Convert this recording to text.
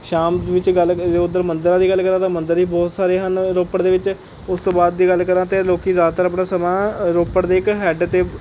ਸ਼ਾਮ ਵਿੱਚ ਗੱਲ ਜੋ ਉੱਧਰ ਮੰਦਿਰਾਂ ਦੀ ਗੱਲ ਕਰਾਂ ਤਾਂ ਮੰਦਰ ਹੀ ਬਹੁਤ ਸਾਰੇ ਹਨ ਰੋਪੜ ਦੇ ਵਿੱਚ ਉਸ ਤੋਂ ਬਾਅਦ ਦੀ ਗੱਲ ਕਰਾਂ ਅਤੇ ਲੋਕ ਜ਼ਿਆਦਾਤਰ ਆਪਣਾ ਸਮਾਂ ਰੋਪੜ ਦੇ ਇੱਕ ਹੈੱਡ 'ਤੇ